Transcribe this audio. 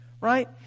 Right